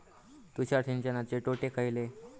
तुषार सिंचनाचे तोटे खयले?